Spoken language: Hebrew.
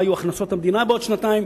מה יהיו הכנסות המדינה בעוד שנתיים.